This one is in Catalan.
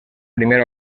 primer